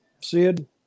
Sid